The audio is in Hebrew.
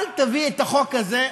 אל תביא את החוק הזה,